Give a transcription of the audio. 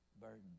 Burden